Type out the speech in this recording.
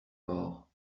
mort